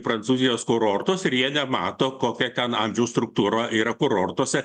prancūzijos kurortus ir jie nemato kokia ten amžiaus struktūra yra kurortuose